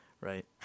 right